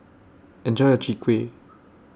Enjoy your Chwee Kueh